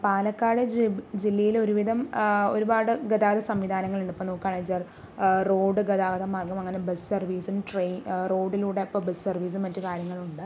പാലക്കാട് ജിബ് ജില്ലയിൽ ഒരു വിധം ഒരുപാട് ഗതാഗത സംവിധാനങ്ങളുണ്ട് ഇപ്പോൾ നോക്കുകയാണ് വെച്ചാൽ റോഡ് ഗതാഗത മാർഗ്ഗം അങ്ങനെ ബസ് സർവീസ് ട്രെയിൻ റോഡിലൂടെ ഇപ്പം ബസ് സർവീസും മറ്റു കാര്യങ്ങളുണ്ട്